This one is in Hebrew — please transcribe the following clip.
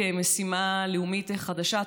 כמשימה לאומית חדשה,